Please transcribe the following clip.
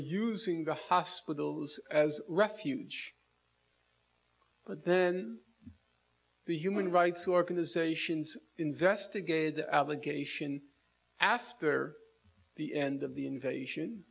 using the hospitals as refuge but then the human rights organizations investigated allegation after the end of the invasion